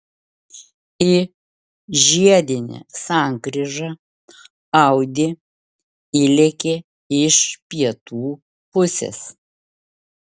į žiedinę sankryžą audi įlėkė iš pietų pusės